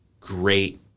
great